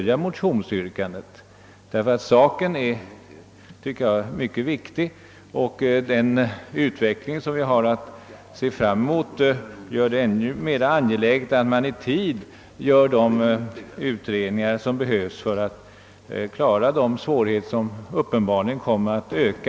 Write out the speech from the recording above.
Jag tycker att saken är mycket viktig, och den utveckling vi har att se fram emot gör det ännu mer angeläget att man i tid verkställer de utredningar som behövs för att klara svårigheterna, vilka uppenbarligen kommer att öka.